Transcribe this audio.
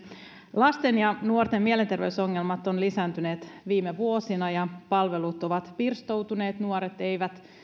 lasten ja nuorten mielenterveysongelmat ovat lisääntyneet viime vuosina ja palvelut ovat pirstoutuneet nuoret eivät